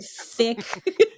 thick